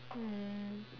mm